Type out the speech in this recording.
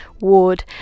ward